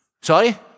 Sorry